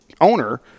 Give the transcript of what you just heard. owner